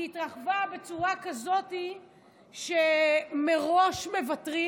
היא התרחבה בצורה כזאת שמראש מוותרים.